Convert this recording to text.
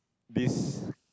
this